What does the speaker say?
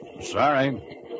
Sorry